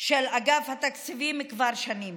של אגף התקציבים כבר שנים.